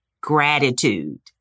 Gratitude